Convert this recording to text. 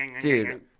Dude